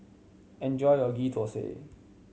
enjoy your Ghee Thosai